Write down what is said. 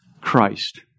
Christ